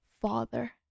father